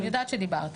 אני יודעת שדיברתם.